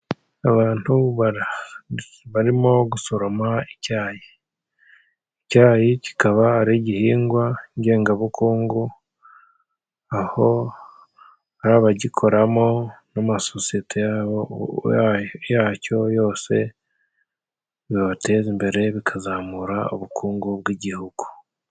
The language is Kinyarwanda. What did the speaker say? Abantu barimo gusoroma icyayi. Icyayi kikaba ari igihingwa ngengabukungu, aho ari abagikoramo n'amasosiyete ya bo, ya cyo yose bibateza imbere, bikazamura ubukungu bw'igihugu.